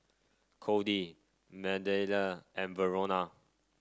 Cody Mathilde and Verona